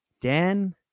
dan